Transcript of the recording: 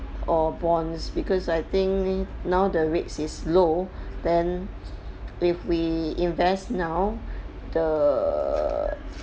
or bonds because I think now the rates is low then if we invest now the